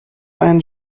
and